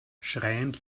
schreiend